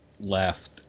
left